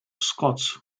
scots